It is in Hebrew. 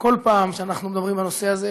כל פעם כשאנחנו מדברים בנושא הזה,